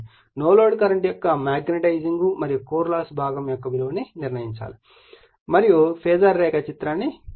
no load current యొక్క magnetising మరియు core loss భాగం యొక్క విలువను నిర్ణయించండి మరియు ఫాజర్ రేఖాచిత్రాన్ని గీయండి